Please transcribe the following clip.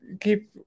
keep